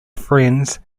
friends